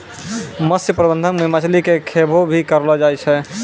मत्स्य प्रबंधन मे मछली के खैबो भी करलो जाय